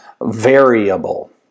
variable